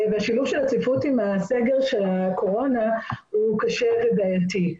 והשילוב של הצפיפות עם הסגר של הקורונה הוא קשה ובעייתי.